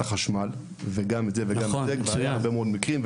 החשמל ואת כל המערכות האפשריות למקום אחד?